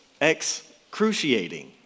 excruciating